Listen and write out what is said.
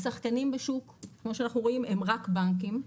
השחקנים בשוק כמו שאנחנו רואים הם רק בנקים,